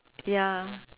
ya